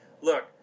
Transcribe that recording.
Look